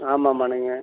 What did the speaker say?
ஆமா ஆமாங்க